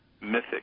mythic